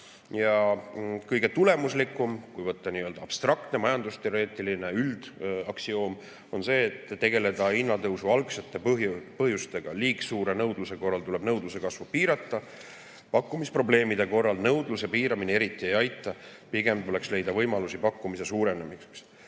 Ja kõige tulemuslikum, kui võtta abstraktne majandusteoreetiline üldaksioom, on see, et tegeldakse hinnatõusu algsete põhjustega. Liiga suure nõudluse korral tuleb nõudluse kasvu piirata. Pakkumisprobleemide korral nõudluse piiramine eriti ei aita. Pigem tuleks leida võimalusi pakkumise suurendamiseks.